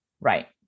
Right